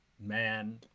man